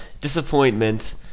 disappointment